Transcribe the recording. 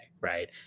right